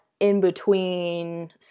in-between